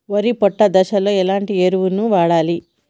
వరి పొట్ట దశలో ఎలాంటి ఎరువును వాడాలి?